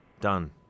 Done